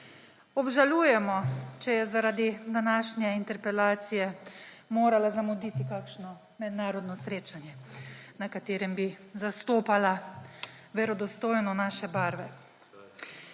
Obžalujemo, če je zaradi današnje interpelacije morala zamuditi kakšno mednarodno srečanje, na katerem bi verodostojno zastopala